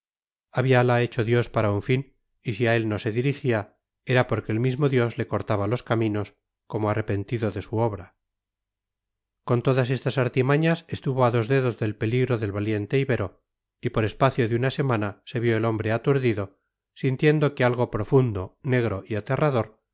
vulgar habíala hecho dios para un fin y si a él no se dirigía era porque el mismo dios le cortaba los caminos como arrepentido de su obra con todas estas artimañas estuvo a dos dedos del peligro el valiente ibero y por espacio de una semana se vio el hombre aturdido sintiendo que algo profundo negro y aterrador